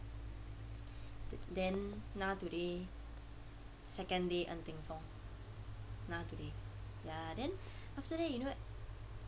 then now today second day ng teng fong now today ya then after that you know